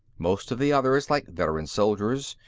most of the others, like veteran soldiers,